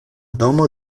domo